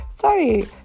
Sorry